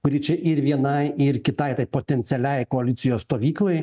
kuri čia ir vienai ir kitai tai potencialiai koalicijos stovyklai